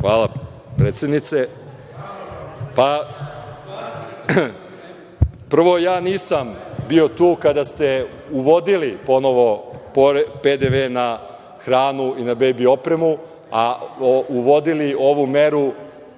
Hvala, predsednice. Pa, prvo, ja nisam bio tu kada ste uvodili ponovo PDV na hranu i na bebi opremu, a uvodili ovu meru